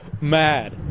mad